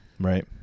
Right